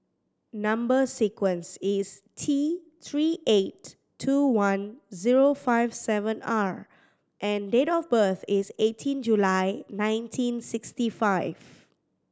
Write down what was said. number sequence is T Three eight two one zero five seven R and date of birth is eighteen July nineteen sixty five